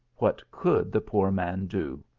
what could the poor man do?